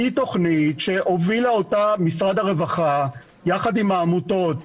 זאת תוכנית שהוביל משרד הרווחה יחד עם העמותות,